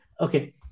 okay